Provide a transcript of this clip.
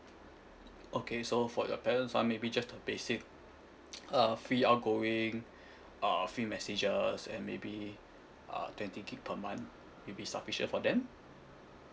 okay so for your parents one maybe just the basic uh free outgoing uh free messages and maybe uh twenty gig per month will be sufficient for them